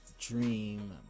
dream